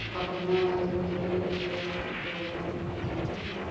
ᱚᱠᱟ ᱠᱚᱨᱮ ᱱᱚᱣᱟ ᱤᱭᱟᱹ ᱠᱚ ᱪᱟᱹᱞᱩᱭᱮᱜ ᱟᱠᱚ ᱪᱮᱫ ᱠᱚ ᱢᱮᱱᱟ ᱚᱸᱰᱮ ᱫᱚ ᱤᱭᱟ